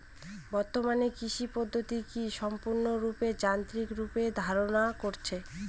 বর্তমানে কৃষি পদ্ধতি কি সম্পূর্ণরূপে যান্ত্রিক রূপ ধারণ করেছে?